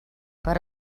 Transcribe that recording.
per